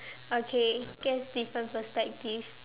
okay guess different perspective